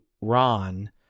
Ron